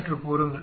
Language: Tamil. சற்று பொருங்கள்